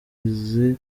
nabi